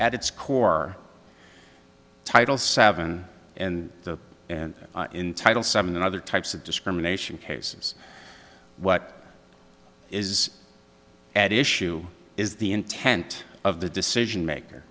at its core title seven and the entitle seven and other types of discrimination cases what is at issue is the intent of the decision maker